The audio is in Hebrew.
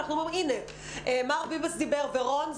מר ביבס דיבר ורון,